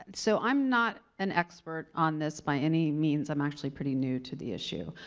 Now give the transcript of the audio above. so, i'm not an expert on this, by any means i'm actually pretty new to the issue.